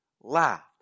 laughed